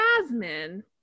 Jasmine